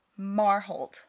Marhold